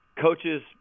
coaches